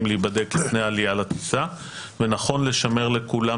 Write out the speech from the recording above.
להיבדק לפני עלייה לטיסה ונכון לשמר לכולם,